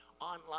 online